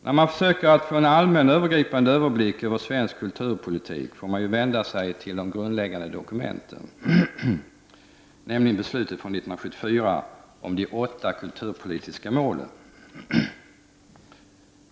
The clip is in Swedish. När man försöker få en allmän och övergripande överblick över svensk kulturpolitik får man vända sig till det grundläggande dokumentet, nämligen beslutet år 1974 om de åtta kulturpolitiska målen.